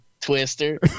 Twister